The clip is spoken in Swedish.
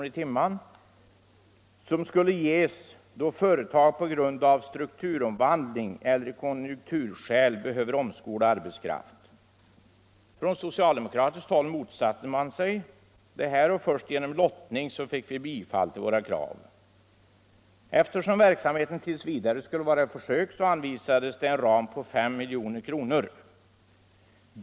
per timme skulle kunna ges då företag på grund av strukturomvandling eller av konjunkturskäl behöver omskola arbetskraft. Socialdemokraterna motsatte sig detta, och först genom lottning fick vi bifall till våra krav. Eftersom verksamheten tills vidare skulle vara ett försök, anvisades en ram på ca 5 milj.kr.